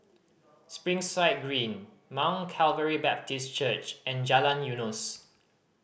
Springside Green Mount Calvary Baptist Church and Jalan Eunos